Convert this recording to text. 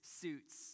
suits